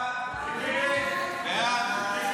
סעיפים 1 2